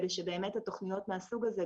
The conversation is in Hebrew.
כדי שבאמת התכניות מהסוג הזה,